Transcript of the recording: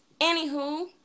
Anywho